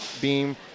beam